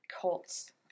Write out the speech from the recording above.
Cults